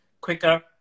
quicker